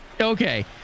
Okay